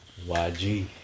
YG